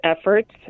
efforts